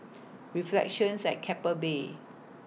Reflections At Keppel Bay